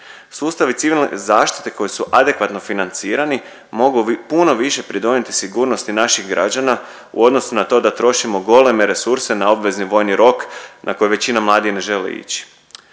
Sustavi civilne zaštite koji su adekvatno financirani mogu puno više pridonijeti sigurnosti naših građana u odnosu na to da trošimo goleme resurse na obvezni vojni rok na koji većina mladih ne želi ići.